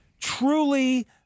truly